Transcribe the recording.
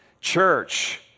church